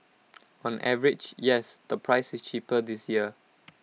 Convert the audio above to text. on average yes the price is cheaper this year